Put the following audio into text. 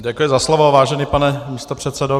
Děkuji za slovo, vážený pane místopředsedo.